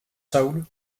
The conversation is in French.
soul